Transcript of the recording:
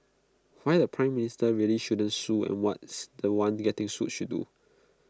why the Prime Minister really shouldn't sue and ones The One getting sued should do